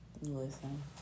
listen